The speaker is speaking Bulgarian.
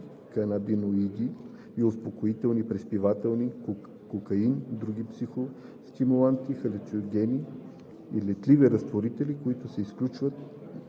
канабиноиди, успокоителни и приспивателни, кокаин, други психостимуланти, халюциногени и летливи разтворители, като се изключват